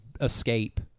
escape